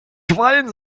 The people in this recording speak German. quallen